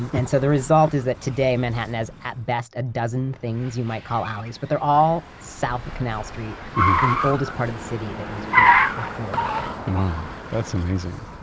and so, the result is that today, manhattan has, at best, a dozen things you might call alleys, but they're all south of canal street in the oldest part of the city that was built before the grid wow. that's amazing.